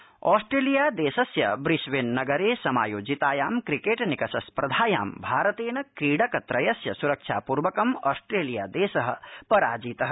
क्रिक्ट्रि विजय आस्ट्रेलिया देशस्य ब्रिसवेन नगरे समायोजितायां क्रिकेट निकषस्पर्धायां भारतेन क्रीडक त्रयस्य सुरक्षापूर्वकं आस्ट्रेलियादेशः पराजितः